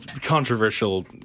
controversial